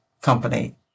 company